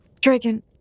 Dragon